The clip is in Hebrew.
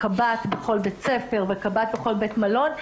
קב"ט בכל בית ספר וקב"ט בכל בית מלון,